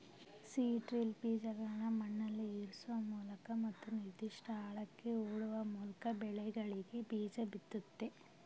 seed drill ಬೀಜಗಳ್ನ ಮಣ್ಣಲ್ಲಿಇರ್ಸೋಮೂಲಕ ಮತ್ತು ನಿರ್ದಿಷ್ಟ ಆಳಕ್ಕೆ ಹೂಳುವಮೂಲ್ಕಬೆಳೆಗಳಿಗೆಬೀಜಬಿತ್ತುತ್ತೆ